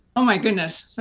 oh, my goodness.